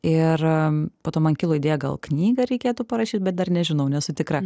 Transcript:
ir po to man kilo idėja gal knygą reikėtų parašyt bet dar nežinau nesu tikra